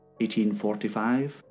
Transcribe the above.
1845